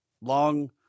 long